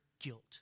guilt